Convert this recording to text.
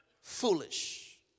Foolish